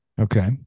Okay